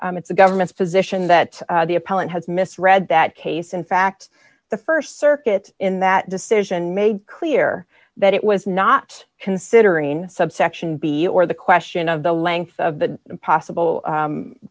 it's the government's position that the appellant has misread that case in fact the st circuit in that decision made clear that it was not considering subsection b or the question of the length of the possible